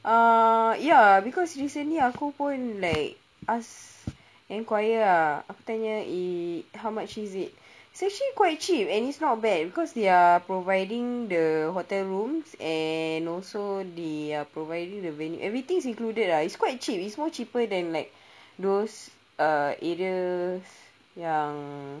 uh ya because recently aku pun like ask inquire ah aku tanya eh how much is it it's actually quite cheap and it's not bad because they are providing the hotel rooms and also they are providing the venue everything's included lah it's quite cheap is more cheaper than like those uh areas yang